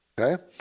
Okay